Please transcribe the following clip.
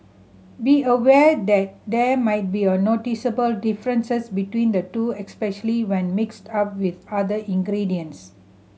be aware that there might be a noticeable differences between the two especially when mixed up with other ingredients